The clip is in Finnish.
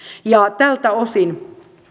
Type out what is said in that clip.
tältä osin